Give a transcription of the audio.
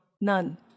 none